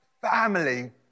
family